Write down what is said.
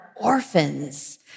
Orphans